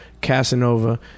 Casanova